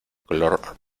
color